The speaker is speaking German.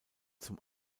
zum